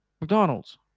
McDonald's